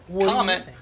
comment